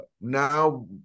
now